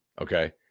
okay